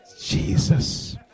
Jesus